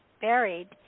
buried